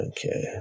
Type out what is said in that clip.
Okay